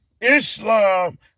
Islam